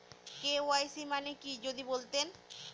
KYC মানে কি যদি বলতেন?